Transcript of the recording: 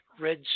red